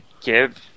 Give